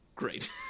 great